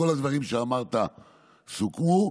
כל הדברים שאמרת סוכמו,